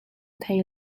thei